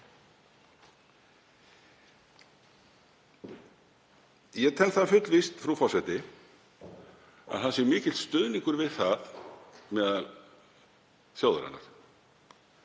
Ég tel það fullvíst, frú forseti, að það sé mikill stuðningur við það meðal þjóðarinnar